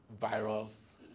virus